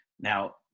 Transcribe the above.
Now